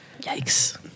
Yikes